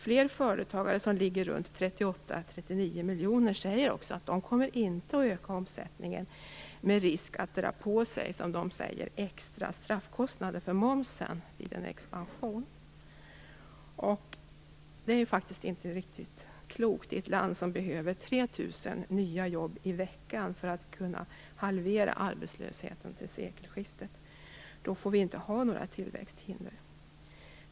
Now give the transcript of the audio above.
Fler företagare som ligger runt 38-39 miljoner säger också att de inte kommer att öka omsättningen, eftersom det finns risk att de, som de säger, drar på sig extra straffkostnader för momsen vid en expansion. Det är faktiskt inte riktigt klokt att det är så i ett land som behöver 3 000 nya jobb i veckan om arbetslösheten skall kunna halveras till sekelskiftet. Om det skall bli möjligt får vi inte ha några tillväxthinder.